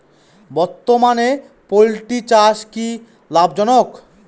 বর্তমানে পোলট্রি চাষ কি লাভজনক?